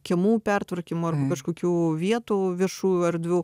kiemų pertvarkymo kažkokių vietų viešųjų erdvių